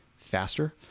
faster